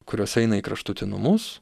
kurios eina į kraštutinumus